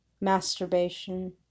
masturbation